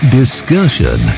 discussion